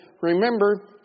Remember